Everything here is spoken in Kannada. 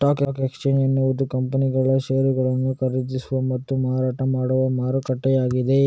ಸ್ಟಾಕ್ ಎಕ್ಸ್ಚೇಂಜ್ ಎನ್ನುವುದು ಕಂಪನಿಗಳ ಷೇರುಗಳನ್ನು ಖರೀದಿಸುವ ಮತ್ತು ಮಾರಾಟ ಮಾಡುವ ಮಾರುಕಟ್ಟೆಯಾಗಿದೆ